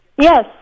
Yes